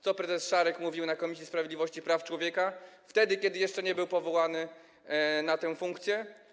Co prezes Szarek mówił w Komisji Sprawiedliwości i Praw Człowieka wtedy, kiedy jeszcze nie był powołany do pełnienia tej funkcji?